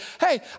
hey